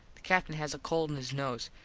the captin has a cold in his nose.